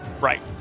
Right